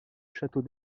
château